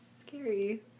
scary